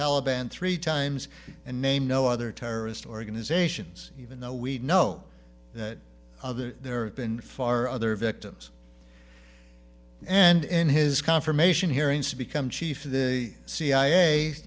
taliban three times and name no other terrorist organizations even though we know that there been far other victims and in his confirmation hearings to become chief of the c